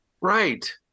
right